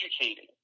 educating